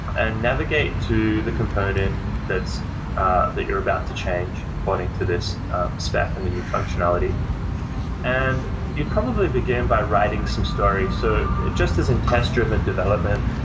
and navigate to the component ah that you're about to change according to this spec and the new functionality and you'd probably begin by writing some stories. so just as in test-driven development,